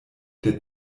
der